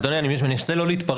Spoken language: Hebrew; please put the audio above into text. אדוני אני מנסה לא להתפרץ,